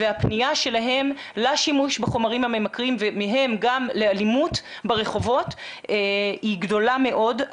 הפנייה שלהם לשימוש בחומרים הממכרים ומהם גם לאלימות היא גדולה מאוד,